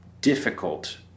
difficult